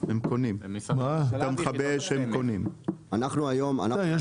מכבי אש בפנים, הם קונים.